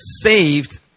saved